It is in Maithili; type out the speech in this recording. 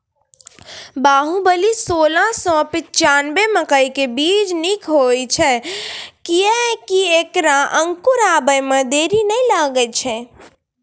बाहुबली सोलह सौ पिच्छान्यबे मकई के बीज निक होई छै किये की ऐकरा अंकुर आबै मे देरी नैय लागै छै?